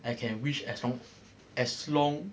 I can wish as long as long